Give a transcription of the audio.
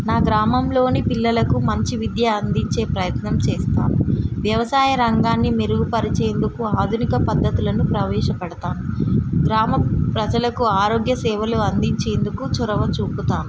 నా గ్రామంలోని పిల్లలకు మంచి విద్య అందించే ప్రయత్నం చేస్తాం వ్యవసాయ రంగాన్ని మెరుగుపరిచేందుకు ఆధునిక పద్ధతులను ప్రవేశపెడతాను గ్రామ ప్రజలకు ఆరోగ్య సేవలు అందించేందుకు చొరవ చూపుతాం